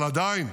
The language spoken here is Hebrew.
אבל עדיין,